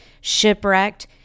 shipwrecked